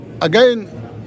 again